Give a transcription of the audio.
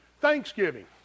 Thanksgiving